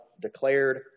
Declared